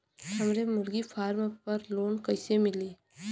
हमरे मुर्गी फार्म पर लोन कइसे मिली?